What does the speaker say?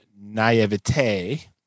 naivete